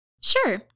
Sure